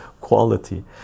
quality